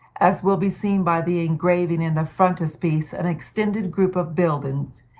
as will be seen by the engraving in the frontispiece, an extended group of buildings,